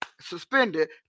suspended